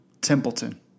Templeton